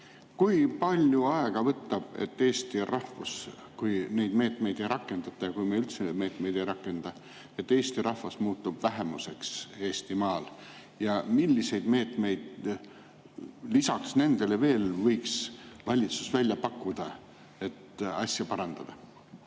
Kui palju aega võtab, et eesti rahvas, kui neid meetmeid ei rakendata ja kui me üldse meetmeid ei rakenda, muutub Eestimaal vähemuseks? Ja milliseid meetmeid lisaks nendele veel võiks valitsus välja pakkuda, et asja parandada?